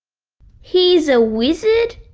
he's a wizard?